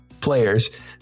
players